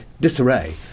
disarray